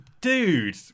dude